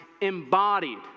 embodied